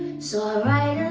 so i